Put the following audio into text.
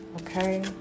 Okay